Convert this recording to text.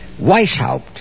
Weishaupt